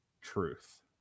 truth